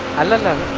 i live on